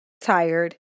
Tired